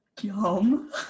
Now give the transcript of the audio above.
Yum